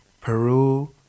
Peru